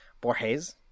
Borges